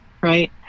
right